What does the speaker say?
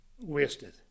wasted